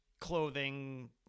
clothing